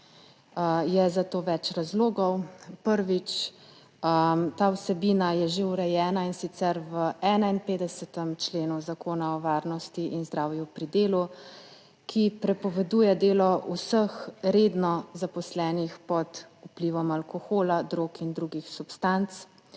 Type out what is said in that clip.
Je za to več razlogov. Prvič, ta vsebina je že urejena, in sicer v 51. členu Zakona o varnosti in zdravju pri delu, ki prepoveduje delo vseh redno zaposlenih pod vplivom alkohola, drog in drugih substanc.